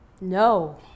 No